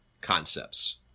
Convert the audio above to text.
concepts